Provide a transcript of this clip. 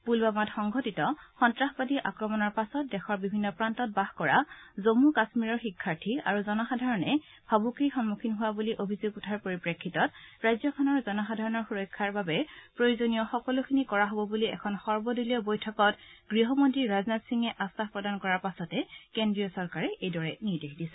পুলৱামাত সংঘটিত সন্তাসবাদী আক্ৰমণৰ পাছত দেশৰ বিভিন্ন প্ৰান্তত বাস কৰা জন্মু কাশ্মীৰৰ শিক্ষাৰ্থী আৰু জনসাধাৰণে ভাবুকিৰ সন্মুখীন হোৱা বুলি অভিযোগ উঠাৰ পৰিপ্ৰেক্ষিতত ৰাজ্যখনৰ জনসাধাৰণৰ সুৰক্ষাৰ অৰ্থে প্ৰয়োজনীয় সকলোখিনি কৰা হব বুলি এখন সৰ্বদলীয় বৈঠকত গৃহমন্ত্ৰী ৰাজনাথ সিঙে আখাস প্ৰদান কৰাৰ পাছতেই কেন্দ্ৰীয় চৰকাৰে এইদৰে নিৰ্দেশ দিছে